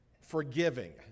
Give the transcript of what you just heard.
Forgiving